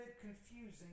confusing